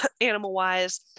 animal-wise